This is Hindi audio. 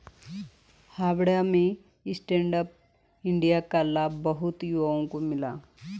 हावड़ा में स्टैंड अप इंडिया का लाभ बहुत युवाओं को मिला